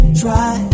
try